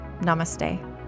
Namaste